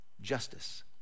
justice